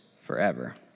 forever